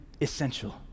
essential